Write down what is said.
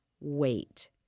wait